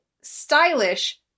stylish